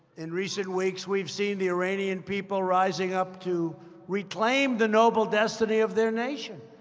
in recent weeks, we've seen the iranian people rising up to reclaim the noble destiny of their nation.